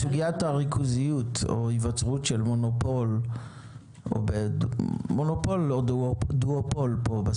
סוגיית הריכוזיות או היווצרות של מונופול או דואופול פה,